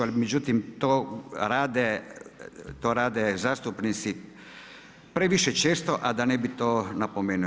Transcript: Ali međutim to rade zastupnici previše često a da ne bih to napomenuo.